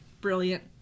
Brilliant